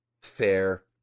fair